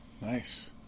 Nice